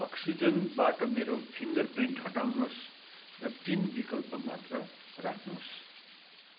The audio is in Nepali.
अक्सिजनबाट मेरो फिङ्गर प्रिन्ट हटाउनुहोस् र पिन विकल्प मात्र राख्नुहोस्